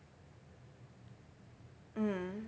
mm